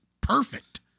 perfect